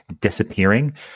disappearing